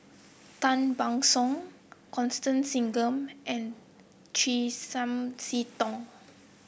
Tan Ban Soon Constance Singam and Chiam See Tong